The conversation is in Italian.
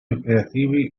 operativi